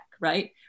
right